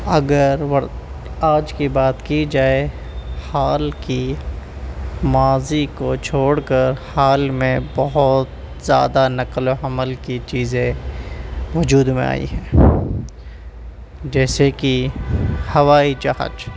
اگر آج کی بات کی جائے حال کی ماضی کو چھوڑ کر حال میں بہت زیادہ نقل و حمل کی چیزیں وجود میں آئی ہیں جیسے کہ ہوائی جہاز